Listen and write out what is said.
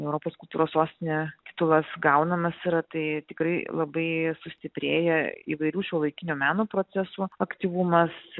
europos kultūros sostinė titulas gaunamas yra tai tikrai labai sustiprėja įvairių šiuolaikinio meno procesų aktyvumas